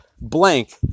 blank